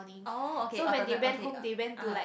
orh okay alternate okay ah